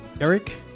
Eric